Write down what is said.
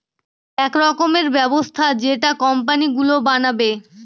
এক রকমের ব্যবস্থা যেটা কোম্পানি গুলো বানাবে